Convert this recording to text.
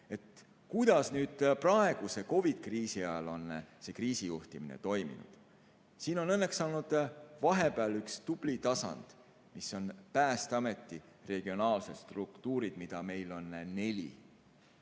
Kuidas nüüd praeguse COVID-i kriisi ajal on see kriisijuhtimine toimunud? Siin on õnneks olnud vahepeal üks tubli tasand, Päästeameti regionaalsed struktuurid. Meil on neli